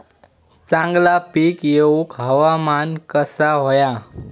चांगला पीक येऊक हवामान कसा होया?